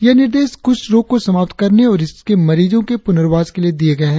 ये निर्देश कुष्ठ रोग को समाप्त करने और इसके मरीजों के पुनर्वास के लिए दिए गए हैं